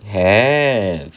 have